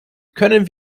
können